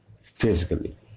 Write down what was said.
physically